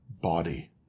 body